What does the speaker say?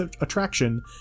attraction